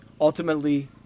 ultimately